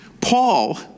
Paul